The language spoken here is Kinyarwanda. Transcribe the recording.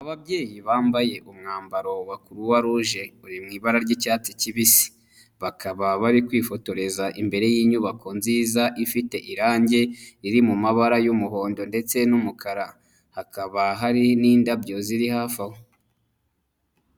Ababyeyi bambaye umwambaro wa Croix Rouge uri mu ibara ry'icyatsi kibisi. Bakaba bari kwifotoreza imbere y'inyubako nziza ifite irangi riri mu mabara y'umuhondo ndetse n'umukara. Hakaba hari n'indabyo ziri hafi aho.